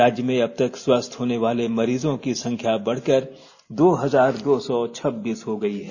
राज्य में अबतक स्वस्थ होने वाले मरीजो की संख्या बढ़कर दो हजार दो सौ छब्बीस हो गई है